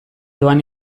doan